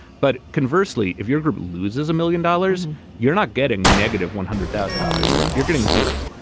but conversely, if your group loses a million dollars, you're not getting negative. one hundred thousand dollars, you're getting zero.